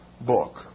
book